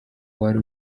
wari